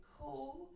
cool